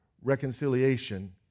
reconciliation